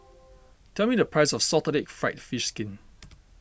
tell me the price of Salted Egg Fried Fish Skin